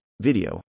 video